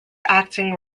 acting